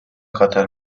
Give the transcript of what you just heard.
خطر